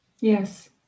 Yes